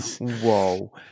whoa